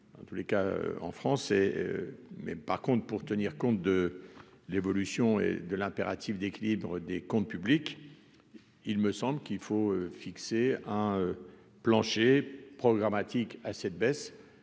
en tous les cas en France et mais par contre pour tenir compte de l'évolution de l'impératif d'équilibre des comptes publics, il me semble qu'il faut fixer un plancher programmatique à cette baisse